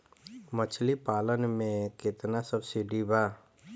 मछली पालन मे केतना सबसिडी बा?